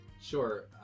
Sure